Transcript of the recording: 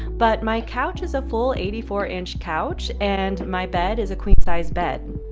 but my couch is a full eighty four inch couch and my bed is a queen sized bed.